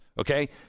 Okay